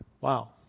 wow